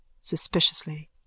Suspiciously